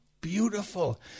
beautiful